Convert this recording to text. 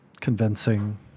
convincing